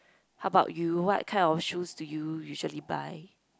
how about you what kind of shoes do you usually buy